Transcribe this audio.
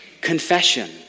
Confession